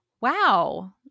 Wow